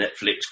Netflix